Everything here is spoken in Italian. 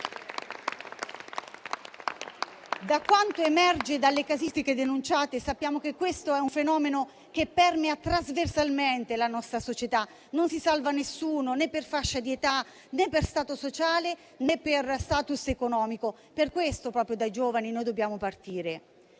Da quanto emerge dalle casistiche denunciate, sappiamo che questo è un fenomeno che permea trasversalmente la nostra società: non si salva nessuno, né per fascia di età, né per stato sociale, né per *status* economico. Per questo è proprio dai giovani che dobbiamo partire.